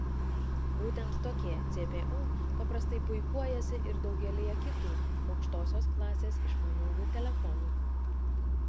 būtent tokie cpu paprastai puikuojasi ir daugelyje kitų aukštosios klasės išmaniųjų telefonų